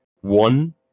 one